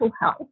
health